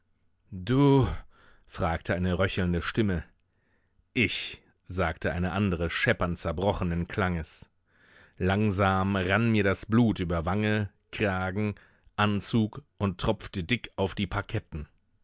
du fragte eine röchelnde stimme ich sagte eine andere scheppernd zerbrochenen klanges langsam rann mir das blut über wange kragen anzug und tropfte dick auf die parketten